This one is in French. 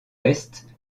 est